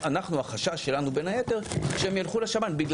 החשש שלנו בין היתר שהם ילכו לשב"ן.